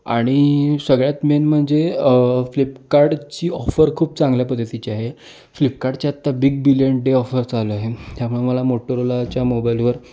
आणि सगळ्यात मेन म्हणजे फ्लिपकार्टची ऑफर खूप चांगल्या पद्धतीची आहे फ्लिपकार्टचा आता बिग बिलियन डे ऑफर चालू आहे त्यामुळे मला मोटरोलाच्या मोबाईलवर